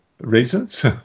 reasons